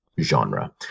genre